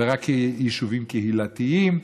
ורק יישובים קהילתיים,